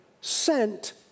sent